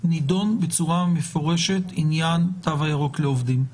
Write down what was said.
נדון בצורה מפורשת עניין התו הירוק לעובדים.